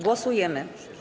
Głosujemy.